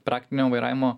praktinio vairavimo